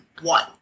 one